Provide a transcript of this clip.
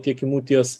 tiekimu ties